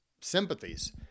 sympathies